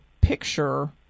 picture